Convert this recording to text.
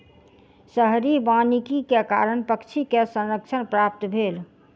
शहरी वानिकी के कारण पक्षी के संरक्षण प्राप्त भेल